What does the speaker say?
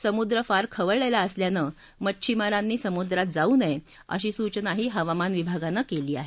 समुद्र फार खवळलेला असल्यानं मच्छमारांनी समुद्रात जाऊ नये अशी सूचना हवामान विभागानं केली आहे